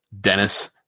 Dennis